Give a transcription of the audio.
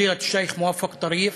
(אומר בערבית: כבוד השייח' מוואפק טריף,